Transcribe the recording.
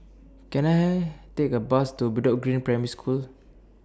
Can I Take A Bus to Bedok Green Primary School